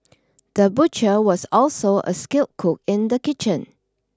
the butcher was also a skilled cook in the kitchen